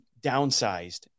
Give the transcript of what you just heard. downsized